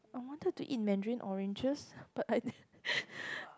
I wanted to eat mandarin oranges but I